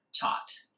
taught